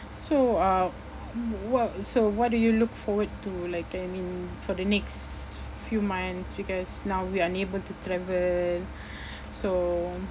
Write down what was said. so uh wh~ what so what do you look forward to like I mean for the next few months because now we're unable to travel so